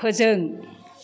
फोजों